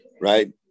Right